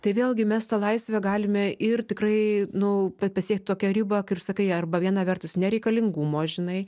tai vėlgi mes tą laisvę galime ir tikrai nu bet pasiekt tokią ribą kaip sakai arba viena vertus nereikalingumo žinai